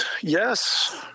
yes